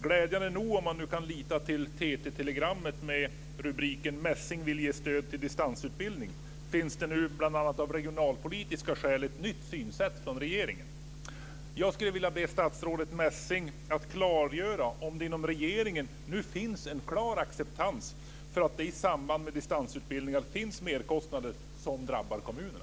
Glädjande nog, om det går att lita till TT-telegrammet med rubriken Messing vill ge stöd till distansutbildning, finns det av regionalpolitiska skäl ett nytt synsätt från regeringen.